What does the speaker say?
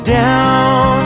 down